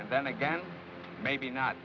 and then again maybe not